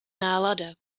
nálada